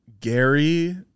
Gary